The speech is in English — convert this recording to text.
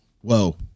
whoa